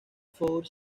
four